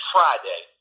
Friday